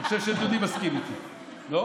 אני חושב שדודי מסכים איתי, לא?